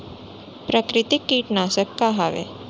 प्राकृतिक कीटनाशक का हवे?